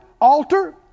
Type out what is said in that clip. altar